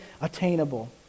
attainable